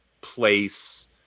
place